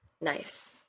Nice